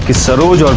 saroj